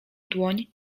dłoń